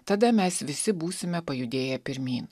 tada mes visi būsime pajudėję pirmy